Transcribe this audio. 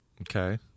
Okay